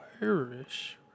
irish